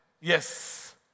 Yes